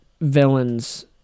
villains